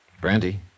Brandy